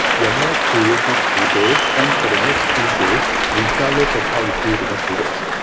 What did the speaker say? you are more creative today and for the next two days, regardless of how you feel the next two days.